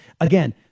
again